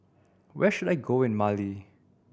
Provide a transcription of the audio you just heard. where should I go in Mali